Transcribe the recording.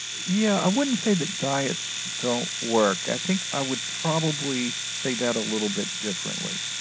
yeah, i wouldn't say that diets don't work i think i would probably say that a little bit differently.